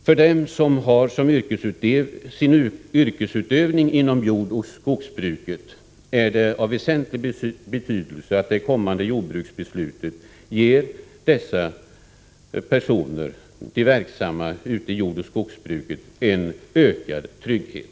För dem som har sin yrkesutövning inom jordoch skogsbruket är det av väsentlig betydelse att det kommande jordbruksbeslutet ger dessa personer en ökad trygghet.